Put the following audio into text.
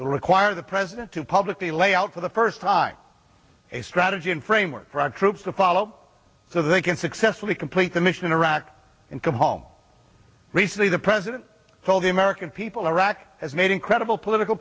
require the president to publicly lay out for the first time a strategy in framework for our troops to follow so they can successfully complete the mission in iraq and come home recently the president told the american people are rac has made incredible political